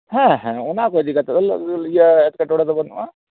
ᱦᱮᱸ ᱦᱮᱸ ᱚᱱᱟ ᱠᱚ ᱤᱫᱤ ᱠᱟᱛᱮ ᱫᱚ ᱤᱭᱟᱹ ᱮᱴᱠᱮᱴᱚᱬᱮ ᱫᱚ ᱵᱟᱹᱱᱩᱜᱼᱟ